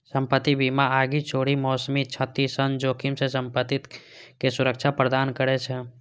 संपत्ति बीमा आगि, चोरी, मौसमी क्षति सन जोखिम सं संपत्ति कें सुरक्षा प्रदान करै छै